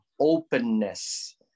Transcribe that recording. openness